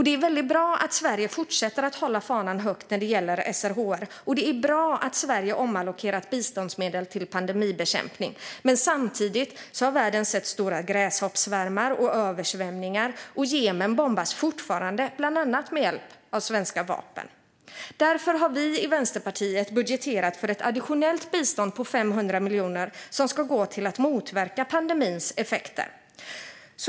Det är väldigt bra att Sverige fortsätter att hålla fanan högt när det gäller SRHR, och det är bra att Sverige omallokerat biståndsmedel till pandemibekämpning. Samtidigt har dock världen sett stora gräshoppssvärmar och översvämningar, och Jemen bombas fortfarande, bland annat med hjälp av svenska vapen. Därför har vi i Vänsterpartiet budgeterat för ett additionellt bistånd på 500 miljoner som ska gå till att motverka pandemins effekter.